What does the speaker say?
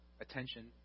attention